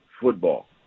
football